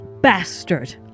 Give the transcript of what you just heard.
bastard